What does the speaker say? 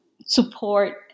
support